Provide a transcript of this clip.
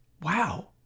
wow